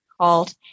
called